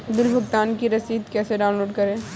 Bill भुगतान की रसीद कैसे डाउनलोड करें?